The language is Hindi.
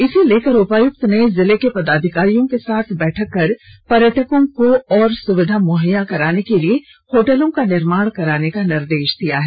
इसे लेकर उपायुक्त ने जिले के पदाधिकारियों के साथ बैठक कर पर्यटकों को और सुविधा मुहैया कराने के लिए होटलों का निर्माण कराने का निर्देश दिया है